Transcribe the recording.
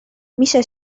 میشه